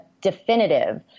definitive